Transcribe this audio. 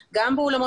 בבקשה.